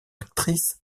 actrice